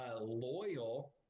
loyal